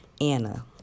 Anna